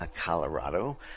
Colorado